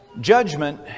Judgment